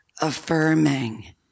affirming